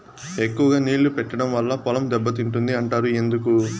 ఎక్కువగా నీళ్లు పెట్టడం వల్ల పొలం దెబ్బతింటుంది అంటారు ఎందుకు?